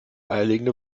eierlegende